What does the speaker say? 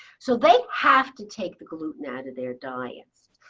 so they have to take the gluten out of their diets.